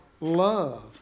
love